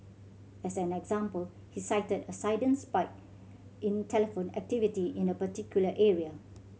as an example he cited a sudden spike in telephone activity in a particular area